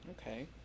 Okay